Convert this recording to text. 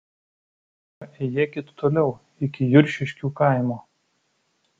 paėjėkit toliau iki juršiškių kaimo